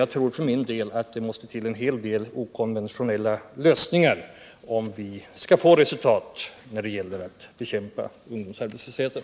Jag tror för min del att det måste till en hel del okonventionella insatser om vi skall få resultat när det gäller att bekämpa ungdomsarbetslösheten.